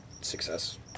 success